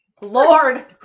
lord